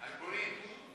על פולין.